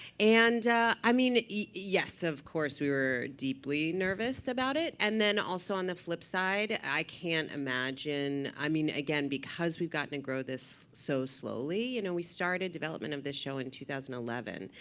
and i mean, yes, of course we were deeply nervous about it. and then also on the flip side, i can't imagine i mean, again, because we've gotten to grow this so slowly you know, we started development of this show in two thousand and eleven.